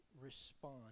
respond